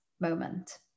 moment